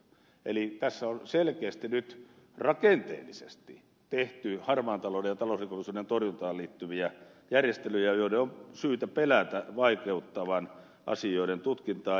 eli tässä on selkeästi nyt rakenteellisesti tehty harmaan talouden ja talousrikollisuuden torjuntaan liittyviä järjestelyjä joiden on syytä pelätä vaikeuttavan asioiden tutkintaa